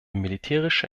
militärische